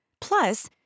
Plus